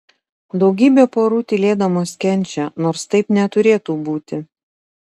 daugybė porų tylėdamos kenčia nors taip neturėtų būti